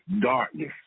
darkness